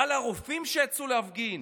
על הרופאים שיצאו להפגין?